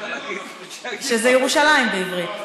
שזה ירושלים בעברית: